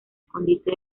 escondite